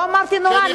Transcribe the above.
לא אמרתי שזה נורא,